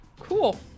Cool